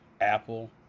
Apple